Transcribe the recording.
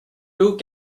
two